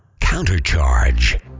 Countercharge